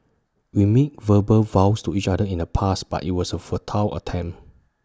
we made verbal vows to each other in the past but IT was A futile attempt